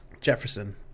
Jefferson